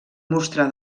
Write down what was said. mostrar